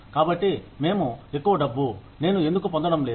కాబట్టి మేము ఎక్కువ డబ్బు నేను ఎందుకు పొందడం లేదు